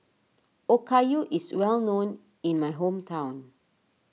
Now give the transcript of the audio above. Okayu is well known in my hometown